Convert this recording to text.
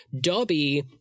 Dobby –